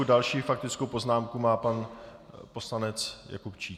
Další faktickou poznámku má pan poslanec Jakubčík.